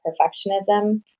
perfectionism